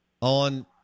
on